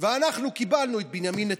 ואנחנו קיבלנו את בנימין נתניהו.